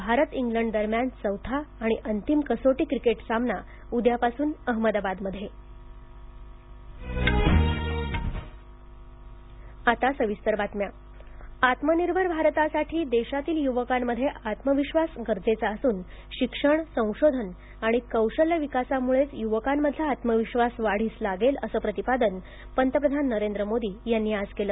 Bharat England दरम्यान चौथा आणि अंतिम कसोटी क्रिकेट सामना उद्यापासून अहमदाबादमध्ये शिक्षण वेबिनार आत्मनिर्भर भारतासाठी देशातील युवकांमध्ये आत्मविश्वास गरजेचा असून शिक्षण संशोधन आणि कौशल्या विकासामुळेच युवकांमधला आत्मविश्वास वाढीस लागेल असं प्रतिपादन पंतप्रधान नरेंद्र मोदी यांनी आज केलं